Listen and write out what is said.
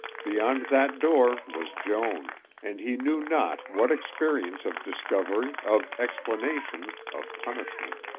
beyond that door was joan and he knew not what experience of discovery, of explanation, of punishment.